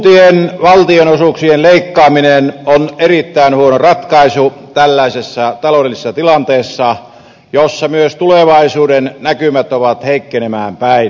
kuntien valtionosuuksien leikkaaminen on erittäin huono ratkaisu tällaisessa taloudellisessa tilanteessa jossa myös tulevaisuuden näkymät ovat heikkenemään päin